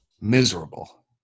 miserable